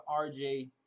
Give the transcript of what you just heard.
RJ